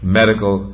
medical